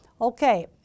okay